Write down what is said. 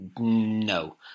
No